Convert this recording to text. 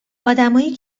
ادمایی